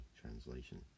translation